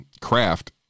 craft